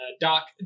Doc